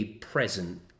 present